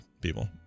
people